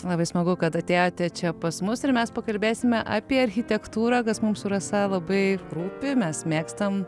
labai smagu kad atėjote čia pas mus ir mes pakalbėsime apie architektūrą kas mums su rasa labai rūpi mes mėgstam